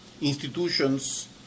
institutions